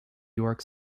york